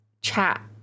chat